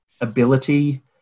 ability